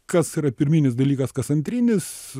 kas yra pirminis dalykas kas antrinis